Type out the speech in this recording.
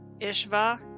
Ishva